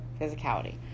physicality